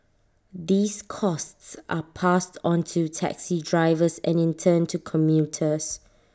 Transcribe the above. these costs are passed on to taxi drivers and in turn to commuters